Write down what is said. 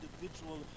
individual